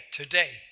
today